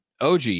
OG